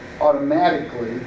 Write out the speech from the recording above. automatically